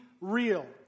real